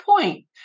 point